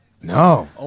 No